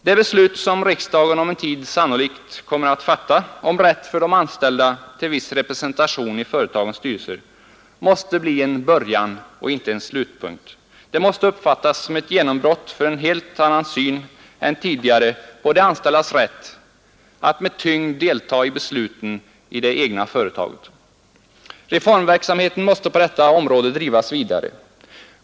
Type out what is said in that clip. Det beslut som riksdagen om en tid sannolikt kommer att fatta om rätt för de anställda till en viss representation i företagens styrelser måste bli en början och inte en slutpunkt. Det måste uppfattas som ett genombrott för en helt annan syn än tidigare på de anställdas rätt att med tyngd delta i besluten i det egna företaget. Reformverksamheten måste på detta område drivas vidare.